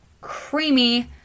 creamy